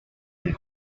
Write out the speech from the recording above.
del